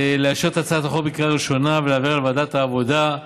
לאשר את הצעת החוק בקריאה ראשונה ולהעבירה לוועדת העבודה,